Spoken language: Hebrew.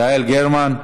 יעל גרמן,